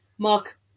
Mark